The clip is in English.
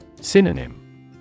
Synonym